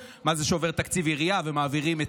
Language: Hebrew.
חבר הכנסת נאור שירי, אחרון הדוברים,